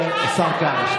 השר כהנא.